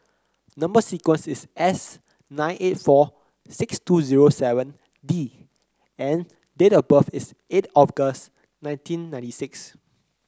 number sequence is S nine eight four six two zero seven D and date of birth is eight August nineteen ninety six